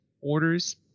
orders